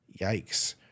Yikes